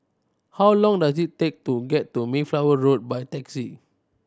how long does it take to get to Mayflower Road by taxi